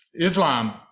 Islam